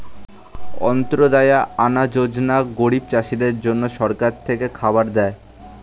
অন্ত্যদায়া আনা যোজনা গরিব চাষীদের জন্য সরকার থেকে খাবার দেয়